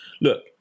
look